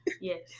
Yes